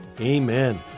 Amen